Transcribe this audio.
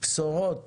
בשורות